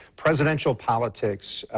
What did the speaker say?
presidential politics,